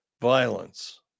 violence